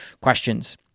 questions